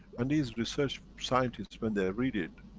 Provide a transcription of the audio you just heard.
and these research scientists, when they read it,